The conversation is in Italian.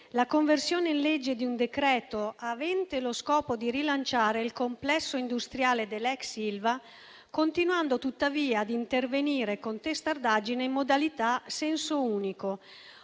la conversione in legge di un decreto-legge avente lo scopo di rilanciare il complesso industriale dell'ex Ilva, continuando tuttavia ad intervenire con testardaggine in modalità senso unico,